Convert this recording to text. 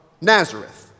Nazareth